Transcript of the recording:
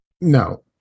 no